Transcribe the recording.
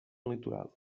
litoral